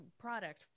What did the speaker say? product